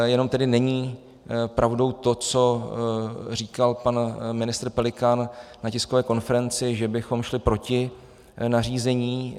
Jenom tedy není pravdou to, co říkal pan ministr Pelikán na tiskové konferenci, že bychom šli proti nařízení.